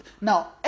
Now